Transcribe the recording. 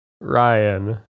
Ryan